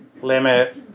limit